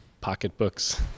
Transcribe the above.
pocketbooks